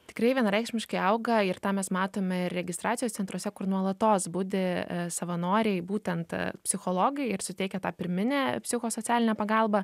tikrai vienareikšmiškai auga ir tą mes matome ir registracijos centruose kur nuolatos budi savanoriai būtent psichologai ir suteikia tą pirminę psichosocialinę pagalbą